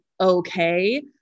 okay